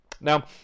Now